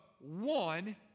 one